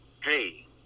hey